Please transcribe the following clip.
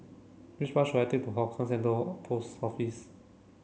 which bus should I take to Hougang Central of Post Office